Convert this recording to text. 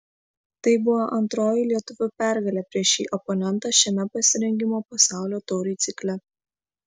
tai buvo antroji lietuvių pergalė prieš šį oponentą šiame pasirengimo pasaulio taurei cikle